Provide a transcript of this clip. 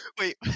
Wait